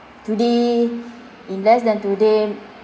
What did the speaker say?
today in less than today